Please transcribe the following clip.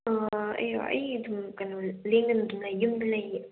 ꯑꯣ ꯑꯩꯔꯣ ꯑꯩ ꯑꯗꯨꯝ ꯀꯩꯅꯣ ꯂꯦꯡꯗꯅ ꯑꯗꯨꯝ ꯂꯩꯌꯦ ꯌꯨꯝꯗ ꯂꯩꯌꯦ